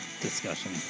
discussion